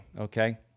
Okay